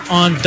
on